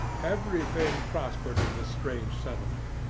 everything prospered in the strange settlement.